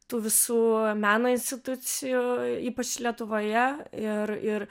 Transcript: tų visų meno institucijų ypač lietuvoje ir ir